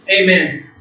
Amen